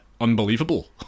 unbelievable